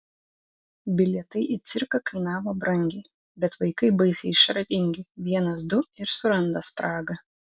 bilietai į cirką kainavo brangiai bet vaikai baisiai išradingi vienas du ir suranda spragą